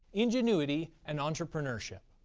ingenuity and entrepreneurship.